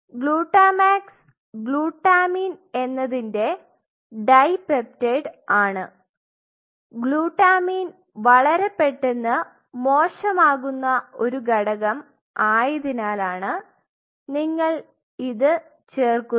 GlutaMAX glutamine എന്നതിന്റെ dipeptide ആണ് glutamine വളരെ പെട്ടെന്ന് മോശമാകുന്ന ഒരു ഘടകം ആയതിനാലാണ് നിങ്ങൾ ഇത് ചേർക്കുന്നത്